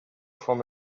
from